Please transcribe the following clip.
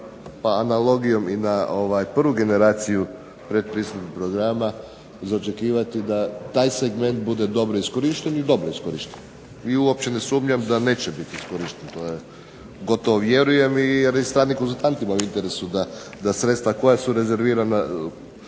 pa analogijom i na prvu generaciju pretpristupnih programa za očekivati da taj segment bude dobro iskorišten i dobro je iskorišten, i uopće ne sumnjam da neće biti iskorišten, to gotovo vjerujem, jer je i stranim konzultantima u interesu da sredstava koja su rezervirana